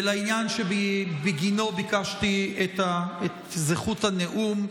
ולעניין שבגינו ביקשתי את זכות הנאום.